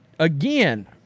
Again